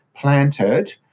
planted